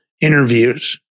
interviews